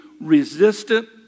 resistant